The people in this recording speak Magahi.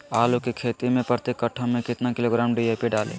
आलू की खेती मे प्रति कट्ठा में कितना किलोग्राम डी.ए.पी डाले?